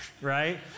right